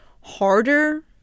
harder